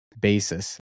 basis